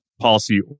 policy